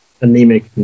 anemic